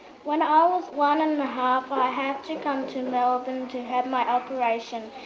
when i was one-and-a-half i had to come to melbourne to have my operation.